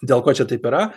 dėl ko čia taip yra